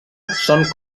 són